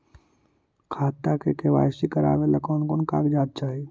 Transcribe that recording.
खाता के के.वाई.सी करावेला कौन कौन कागजात चाही?